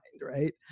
Right